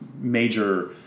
major